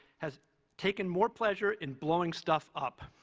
has taken more pleasure in blowing stuff up,